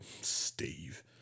Steve